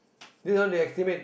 this one they estimate